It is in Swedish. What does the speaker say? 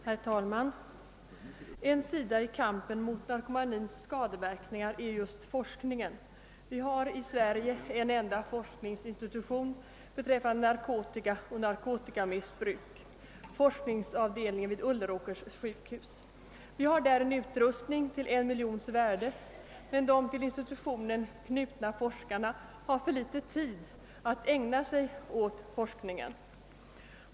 Herr talman! En sida i kampen mot narkomanins skadeverkningar är just forskningen. Vi har i Sverige en enda forskningsinstitution beträffande narkotika och narkotikamissbruk, forskningsavdelningen vid Ulleråkers sjukhus. Där finns en utrustning till en miljons värde, men de till institutionen knutna forskarna har för litet tid att ägna sig åt forskningen.